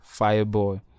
Fireboy